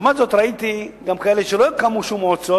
לעומת זאת ראיתי מורשת של עדות שלא קמו להן שום מועצות,